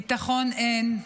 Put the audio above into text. ביטחון, אין,